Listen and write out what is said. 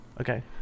Okay